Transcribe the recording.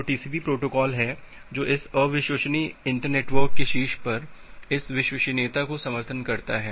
तो TCP protocol है जो इस अविश्वसनीय इंटरनेटवर्क के शीर्ष पर इस विश्वसनीयता का समर्थन करता है